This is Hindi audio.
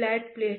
by do y